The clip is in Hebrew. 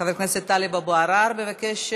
חבר הכנסת טלב אבו עראר מבקש,